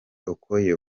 okoye